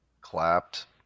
clapped